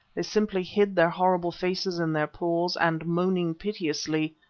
they simply hid their horrible faces in their paws, and, moaning piteously,